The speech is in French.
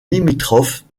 limitrophe